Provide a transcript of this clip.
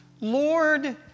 Lord